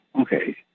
Okay